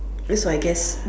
is so I guess